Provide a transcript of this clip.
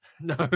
No